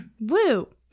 Woo